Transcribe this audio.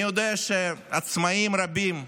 אני יודע שעצמאים רבים,